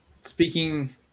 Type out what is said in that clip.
speaking